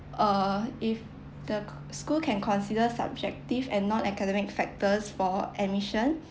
err if the co~ school can consider subjective and non academic factors for admission